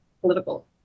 political